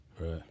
Right